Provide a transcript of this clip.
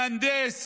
מהנדס,